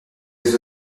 des